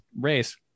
race